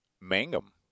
Mangum